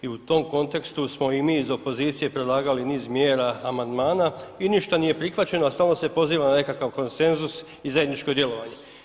I u tom kontekstu smo i mi iz opozicije predlagali niz mjera, amandmana i ništa nije prihvaćeno, a stalno se poziva na nekakav konsenzus i zajedničko djelovanje.